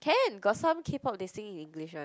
can got some K-pop they sing in English [one]